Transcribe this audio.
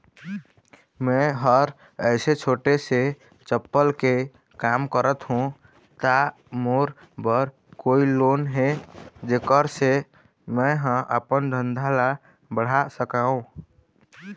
मैं हर ऐसे छोटे से चप्पल के काम करथों ता मोर बर कोई लोन हे जेकर से मैं हा अपन धंधा ला बढ़ा सकाओ?